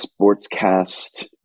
sportscast